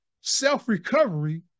self-recovery